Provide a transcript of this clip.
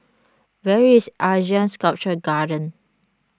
where is Asean Sculpture Garden